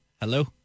hello